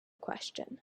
question